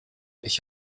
ich